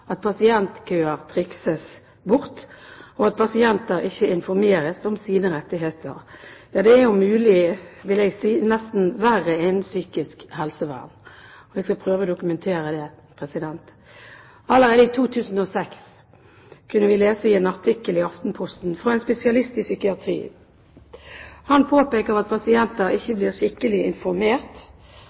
at pasientkøer trikses bort, og at pasienter ikke informeres om sine rettigheter. Ja, det er, om mulig, vil jeg si, nesten verre innenfor psykisk helsevern. Jeg skal prøve å dokumentere det. Allerede i 2006 kunne vi lese en artikkel i Aftenposten av en spesialist i psykiatri. Han påpekte at pasienter ikke blir skikkelig informert,